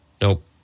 Nope